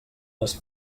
les